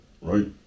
right